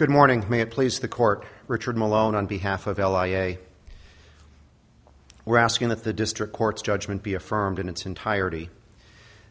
good morning may it please the court richard malone on behalf of we're asking that the district court's judgment be affirmed in its entirety